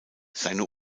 seine